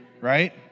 right